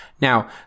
Now